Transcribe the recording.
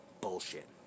bullshit